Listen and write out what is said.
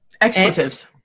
Expletives